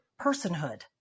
personhood